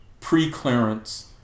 pre-clearance